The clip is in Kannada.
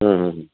ಹ್ಞೂ ಹ್ಞೂ